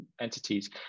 entities